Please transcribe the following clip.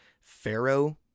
Pharaoh